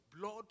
blood